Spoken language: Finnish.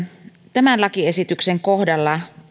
tämän lakiesityksen kohdalla